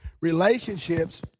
Relationships